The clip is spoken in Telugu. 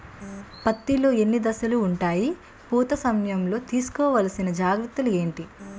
పత్తి లో ఎన్ని దశలు ఉంటాయి? పూత సమయం లో తీసుకోవల్సిన జాగ్రత్తలు ఏంటి?